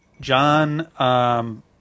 John